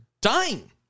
dying